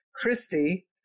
Christy